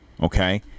Okay